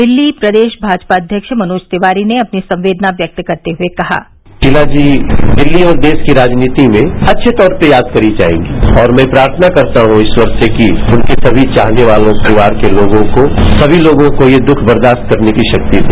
दिल्ली प्रदेश भाजपा अध्यक्ष मनोज तिवारी ने अपनी संवेदना व्यक्त करते हुए कहा शीला जी दिल्ली और देश की राजनीति में अच्छे तौर पर याद करी जायेगीं और मैं प्रार्थना करता हूं ईश्वर से की उनके समी चाहने वालों और परिवार के लोगों को समी लोगों को ये दुख बर्दाशत करने की शक्ति दे